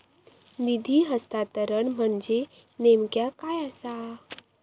निधी हस्तांतरण म्हणजे नेमक्या काय आसा?